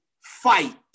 fight